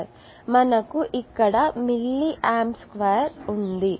మనకు ఇక్కడ milliamps square ఉంది